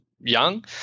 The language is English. young